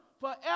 forever